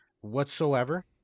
whatsoever